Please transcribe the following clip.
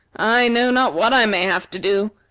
i know not what i may have to do.